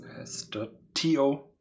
s.to